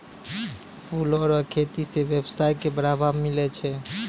फूलो रो खेती से वेवसाय के बढ़ाबा मिलै छै